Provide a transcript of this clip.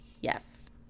Yes